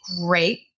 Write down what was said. great